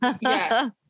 yes